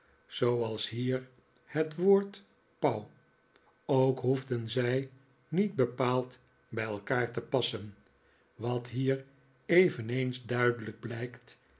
zooals hier het woord pauw ook hoefden zij niet bepaald bij elkaar te passen wat hier eveneens duidelijk blijkt